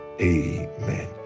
Amen